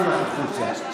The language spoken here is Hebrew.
החוצה, בבקשה.